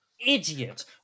idiot